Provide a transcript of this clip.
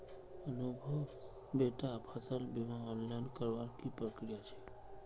अनुभव बेटा फसल बीमा ऑनलाइन करवार की प्रक्रिया छेक